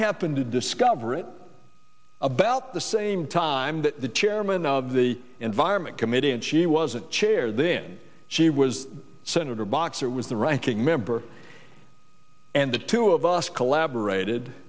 happened to discover it about the same time that the chairman of the environment committee and she wasn't chair then she was senator boxer was the ranking member and the two of us collaborated